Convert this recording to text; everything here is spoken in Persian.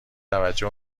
توجه